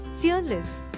fearless